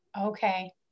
Okay